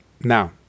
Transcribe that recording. now